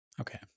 okay